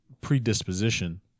predisposition